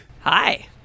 hi